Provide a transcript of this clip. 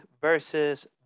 Versus